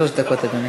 שלוש דקות, אדוני.